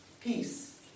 Peace